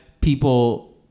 people